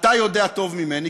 אתה יודע טוב ממני,